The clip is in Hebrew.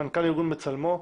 מנכ"ל ארגון "בצלמו".